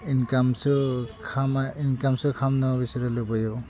इनखामसो खामा इनखामसो खामनो बिसोरो लुबैयो